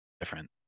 different